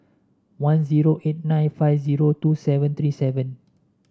one zero eight nine five zero two seven three seven